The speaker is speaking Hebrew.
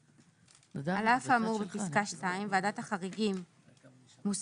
על אף האמור בפסקה (2), ועדת החריגים מוסמכת